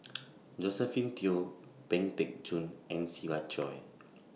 Josephine Teo Pang Teck Joon and Siva Choy